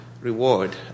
reward